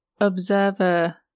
observer